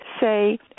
say